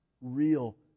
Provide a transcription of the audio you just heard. real